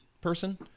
person